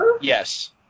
Yes